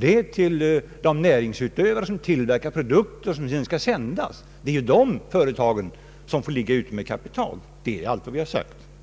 utan till de näringsutövare som tillverkar produkter som sedan skall sändas. De företagen får ligga ute med kapital. Det är allt vi har sagt.